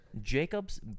Jacob's